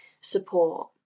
support